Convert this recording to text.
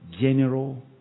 general